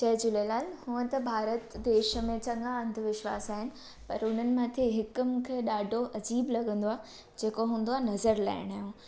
जय झूलेलाल हूअं त भारत देश में चङा अंधविश्वासु आहिनि पर उन्हनि मथे हिक मूंखे ॾाढो अजीब लॻंदो आहे जेको हूंदो आहे न नज़र लाहिण जो